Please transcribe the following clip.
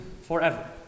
forever